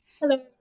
Hello